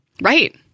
Right